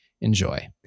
enjoy